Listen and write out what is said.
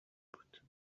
بود